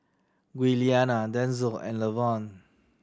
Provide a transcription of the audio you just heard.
Giuliana Denzell and Lavonne